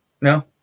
No